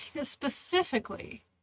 specifically